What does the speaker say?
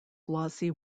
glossy